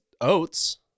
oats